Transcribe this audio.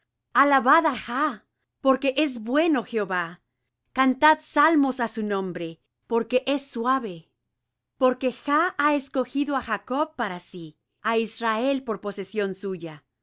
á jah porque es bueno jehová cantad salmos á su nombre porque es suave porque jah ha escogido á jacob para sí a israel por posesión suya